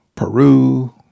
Peru